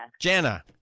Jana